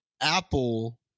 apple